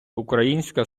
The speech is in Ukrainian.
українська